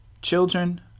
Children